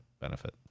benefit